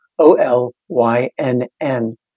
O-L-Y-N-N